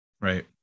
right